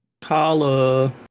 Kala